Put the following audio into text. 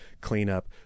cleanup